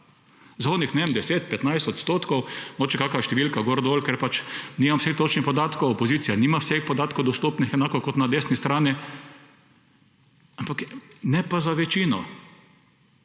za tisti, ne vem, 10, 15 odstotkov, mogoče kakšna številka gor, dol, ker pač nimam vseh točnih podatkov – opozicija nima vseh podatkov dostopnih enako kot na desni strani –, ampak ne pa za večino.